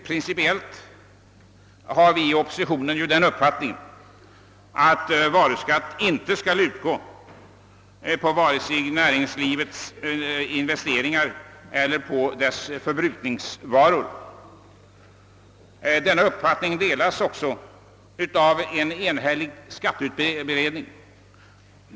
Principiellt har vi inom oppositionen den uppfattningen, att varuskatt inte skall utgå på vare sig näringslivets investeringar eller på dess förbrukningsvaror. Denna uppfattning delades också av en enhällig skatteberedning.